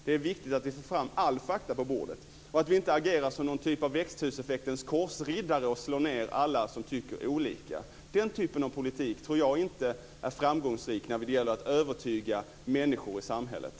Det är viktigt att vi får fram alla fakta på bordet och inte agerar som ett slags växthuseffektens korsriddare och slår ned alla som tycker olika. Jag tror inte att den typen av politik är framgångsrik när det gäller att övertyga människor i samhället.